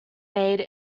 made